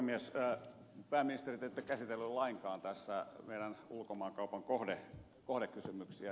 pääministeri te ette käsitellyt lainkaan tässä meidän ulkomaankaupan kohdekysymyksiä